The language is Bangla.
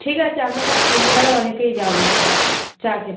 ঠিক আছে আমরা তাহলে এই সন্ধেবেলায় অনেকেই যাবো চা খেতে